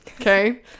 okay